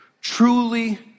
Truly